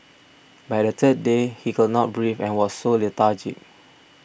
by the third day he could not breathe and was so lethargic